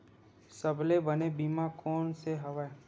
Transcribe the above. सबले बने बीमा कोन से हवय?